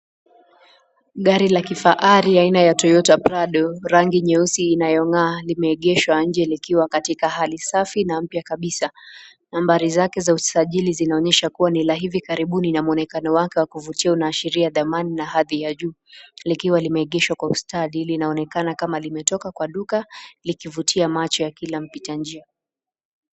Gari la kifahari aina ya Toyota Prado, rangi nyeusi inayong'aa limeegeshwa nje likiwa katika hali safi na mpya kabisa. Nambari zake za usajili zinaonyesha kuwa ni la hivi karibuni na mwonekano wake wa kuvutia unaashiria dhamani na hadhi ya juu. Likiwa limeegeshwa kwa ustadi linaonekana kama limetoka kwa duka, likivutia macho ya kila mpita njia.